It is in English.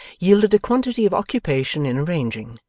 yielded a quantity of occupation in arranging,